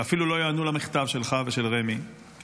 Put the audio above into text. ואפילו לא יענו על המכתב שלך ושל רמ"י, ומדוע?